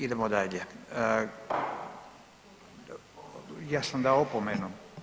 Idemo dalje, ja sam dao opomenu.